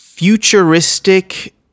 futuristic